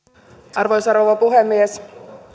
arvoisa rouva puhemies